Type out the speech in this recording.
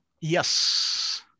Yes